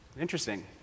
Interesting